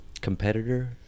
competitor